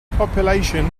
population